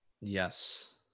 Yes